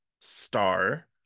Star